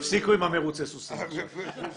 הפסיקו עם מרוצי הסוסים עכשיו.